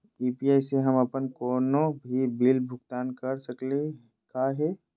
UPI स हम अप्पन कोनो भी बिल भुगतान कर सकली का हे?